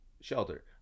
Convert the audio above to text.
Shelter